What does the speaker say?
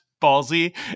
ballsy